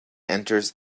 enters